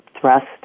thrust